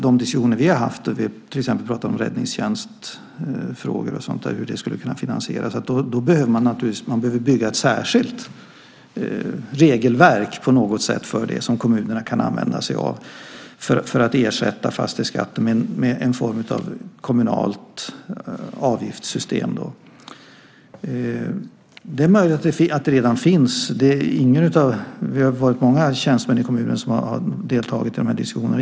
I diskussionen har vi talat om hur man skulle kunna finansiera räddningstjänsten till exempel. Då behöver man naturligtvis bygga ett särskilt regelverk som kommunerna kan använda sig av för att ersätta fastighetsskatten med en form av kommunalt avgiftssystem. Det är möjligt att det redan finns. Vi är många tjänstemän i kommunen som har deltagit i de här diskussionerna.